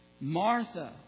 Martha